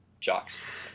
jocks